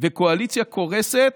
והקואליציה קורסת,